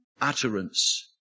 utterance